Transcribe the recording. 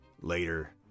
later